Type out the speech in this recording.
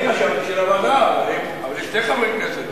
אני חשבתי לוועדה, אבל יש שני חברי כנסת.